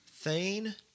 Thane